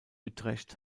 utrecht